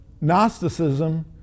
gnosticism